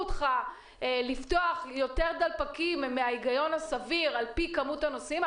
אותך לפתוח יותר דלפקים מההיגיון הסביר על פי כמות הנוסעים.